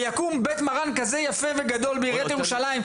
ויקום בית מרן כזה יפה וגדול בעיריית ירושלים,